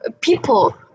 people